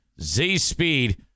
Z-speed